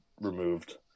removed